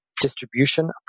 distribution